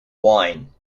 wine